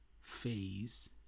phase